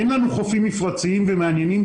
אין לנו חופים מפרציים ומעניינים,